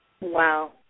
Wow